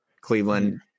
cleveland